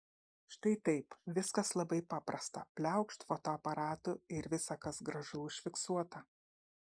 štai taip viskas labai paprasta pliaukšt fotoaparatu ir visa kas gražu užfiksuota